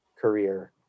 career